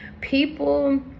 People